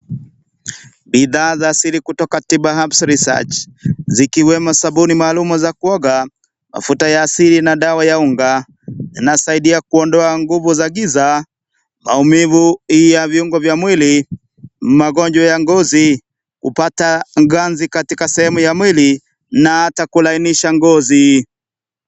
Bidhaa za siri kutoka tiba herbs research zikiwemo sabuni maalum za kuoga, mafuta ya asili na dawa ya unga yanasaidia kuondea nguvu za giza , maumivu ya viungo vya mwili ,magonjwa ya ngozi , kupata ngazi katika sehemu ya mwili na hata kulainisha ngozi.